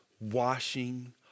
washing